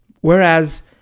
whereas